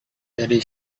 dari